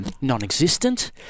non-existent